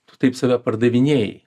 tu taip save pardavinėji